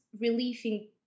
relieving